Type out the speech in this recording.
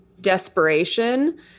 desperation